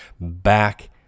back